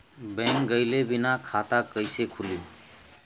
Bank गइले बिना खाता कईसे खुली?